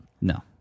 No